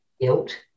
guilt